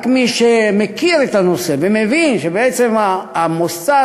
רק מי שמכיר את הנושא מבין שבעצם המוסד